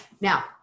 Now